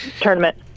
tournament